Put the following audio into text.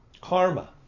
Karma